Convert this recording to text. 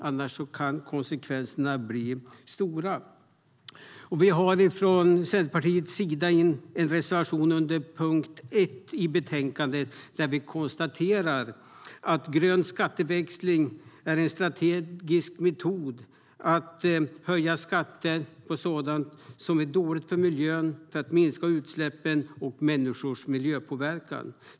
Annars kan konsekvenserna bli stora. Vi har från Centerpartiets sida en reservation under punkt 1 i betänkandet, där vi konstaterar att grön skatteväxling är en strategisk metod att höja skatter på sådant som är dåligt för miljön för att minska utsläppen och människors miljöpåverkan.